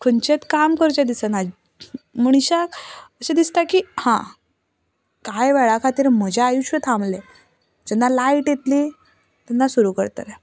खंयचेंच काम करचें दिसना मनशाक अशें दिसता की हां कांय वेळा खातीर म्हजें आयुश्य थांबलें जेन्ना लायट येतली तेन्ना सुरू करतलें